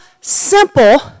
simple